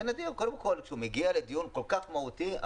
זה נדיר, קודם כול, כשהוא מגיע לדיון כל כך מהותי.